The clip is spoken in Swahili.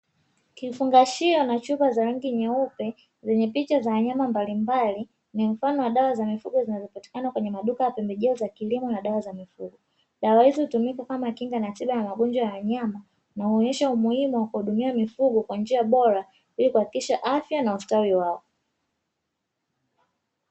Kifungashio na chupa za rangi nyeupe, zenye picha za wanyama mbalimbali ni mfano wa dawa za mifugo zinazopatikana kwenye maduka ya pembejeo za kilimo na dawa za mifugo, dawa hizi hutumika kama kinga na tiba ya magonjwa ya wanyama, inayoonyesha umuhimu wa kuwahudumia mifugo kwa njia bora ili kuhakikisha afya na ustawi wao.